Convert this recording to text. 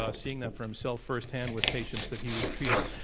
ah seeing that for himself, firsthand, with patients that he was treating,